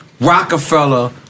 Rockefeller